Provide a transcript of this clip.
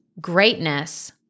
Greatness